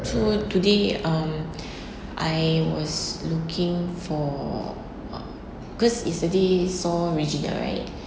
so today um I was looking for err cause yesterday saw virginia right